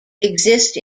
exist